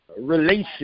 relation